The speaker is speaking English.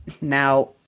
Now